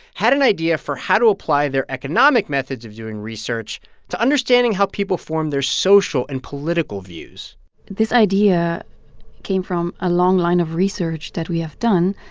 had an idea for how to apply their economic methods of doing research to understanding how people form their social and political views this idea came from a long line of research that we have done,